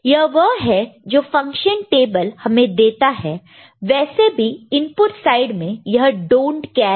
यह वह है जो फंक्शन टेबल हमें देता है वैसे भी इनपुट साइड में यह डोंट केयर है